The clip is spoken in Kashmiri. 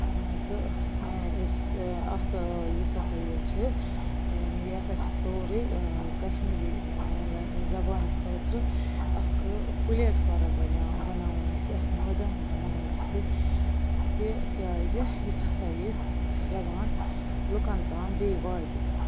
تہٕ اَتھ یُس ہَسا یہِ چھِ یہِ ہَسا چھِ سورٕے کشمیٖری زبانہِ خٲطرٕ اَکھٕ پٕلیٹفارم بَنیٛا بَناوُن اَسہِ اَکھ مٲدان بَناوُن اَسہِ تہِ کیٛازِ یُتھ ہَسا یہِ زبان لُکن تام بیٚیہِ واتہِ